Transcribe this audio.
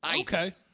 Okay